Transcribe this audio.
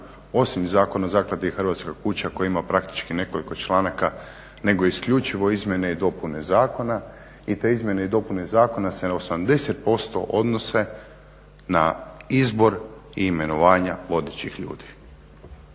osim Zakona o Zakladi Hrvatska kuća koji ima praktički nekoliko članaka nego isključivo izmjene i dopune zakona. I te izmjene i dopune zakona se na 80% odnose na izbor i imenovanja vodećih ljudi